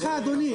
אדוני,